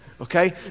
okay